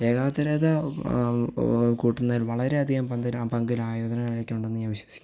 ഏകാഗ്രത കൂട്ടുന്നേല് വളരെയധികം പന്തിര പങ്ക് ആയോധനകലകള്ക്കുണ്ടെന്ന് ഞാന് വിശ്വസിക്കുന്നു